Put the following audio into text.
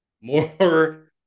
more